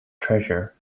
treasure